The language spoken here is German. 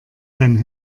sein